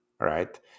right